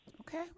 Okay